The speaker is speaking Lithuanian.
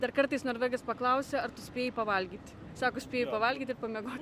dar kartais norvegas paklausia ar tu spėji pavalgyti sako spėju pavalgyt ir pamiegot